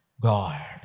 God